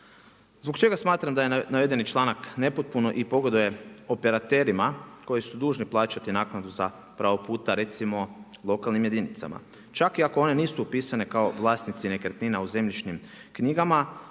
Zbog čega smatram da je navedeni članak nepotpun i pogoduje operaterima koji su dužni plaćati naknadu za pravog puta, recimo lokalnim jedinicama. Čak i ako oni nisu upisane kao vlasnici nekretnina u zemljišnim knjigama,